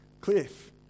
cliff